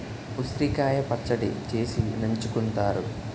ఉసిరికాయ పచ్చడి చేసి నంచుకుంతారు